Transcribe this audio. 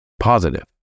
positive